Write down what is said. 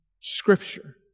Scripture